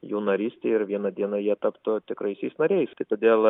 jų narystei ir vieną dieną jie taptų tikraisiais nariaistai todėl